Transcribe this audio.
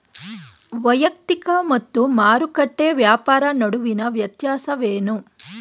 ವೈಯಕ್ತಿಕ ಮತ್ತು ಮಾರುಕಟ್ಟೆ ವ್ಯಾಪಾರ ನಡುವಿನ ವ್ಯತ್ಯಾಸವೇನು?